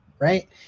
Right